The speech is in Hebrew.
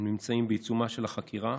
הם נמצאים בעיצומה של החקירה.